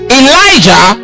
elijah